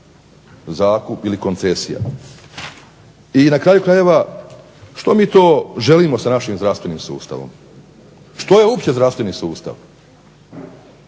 zakup ili koncesija. I na kraju krajeva, što mi to želimo sa našim zdravstvenim sustavom, što je uopće zdravstveni sustav,